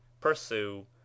Pursue